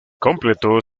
completó